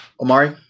Omari